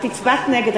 את הצבעת נגד.